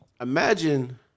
Imagine